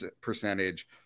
percentage